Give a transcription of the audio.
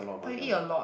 but you eat a lot